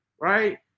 Right